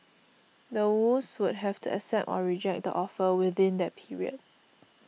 the Woos would have to accept or reject the offer within that period